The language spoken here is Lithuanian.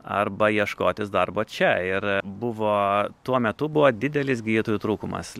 arba ieškotis darbo čia ir buvo tuo metu buvo didelis gydytojų trūkumas